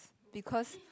because